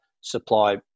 supply